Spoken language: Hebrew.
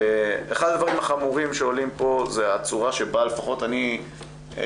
אחד הדברים החמורים שעולים פה זו הצורה שבה לפחות אני לא